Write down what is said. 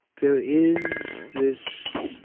there is this